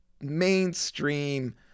mainstream